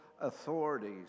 authorities